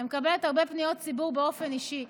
אני מקבלת הרבה פניות ציבור באופן אישי,